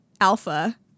Alpha